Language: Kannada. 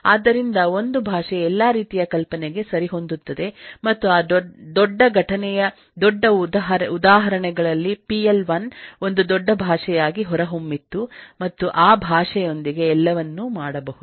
ಆದ್ದರಿಂದಒಂದು ಭಾಷೆಎಲ್ಲಾ ರೀತಿಯ ಕಲ್ಪನೆಗೆ ಸರಿಹೊಂದುತ್ತದೆ ಮತ್ತು ಆ ದೊಡ್ಡಘಟನೆಯದೊಡ್ಡಉದಾಹರಣೆಗಳಲ್ಲಿ ಪಿ ಎಲ್1 PL 1 ಒಂದು ದೊಡ್ಡ ಭಾಷೆಯಾಗಿ ಹೊರಹೊಮ್ಮಿತು ಮತ್ತು ಆ ಭಾಷೆಯೊಂದಿಗೆ ಎಲ್ಲವನ್ನೂ ಮಾಡಬಹುದು